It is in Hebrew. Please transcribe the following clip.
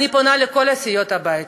אני פונה אל כל סיעות הבית